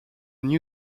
new